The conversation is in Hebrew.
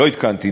לא התקנתי,